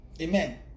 Amen